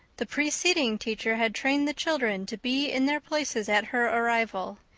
the preceding teacher had trained the children to be in their places at her arrival,